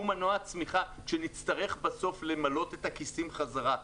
הוא מנוע הצמיחה שנצטרך למלא את הכיסים בסוף חזרה,